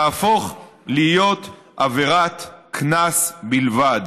תהפוך להיות עבירת קנס בלבד.